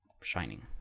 Shining